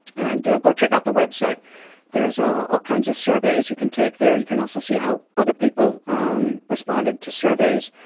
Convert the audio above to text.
and go check out the web site there's ah all kinds of surveys you can take there, you can also see how other people um responded to surveys,